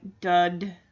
Dud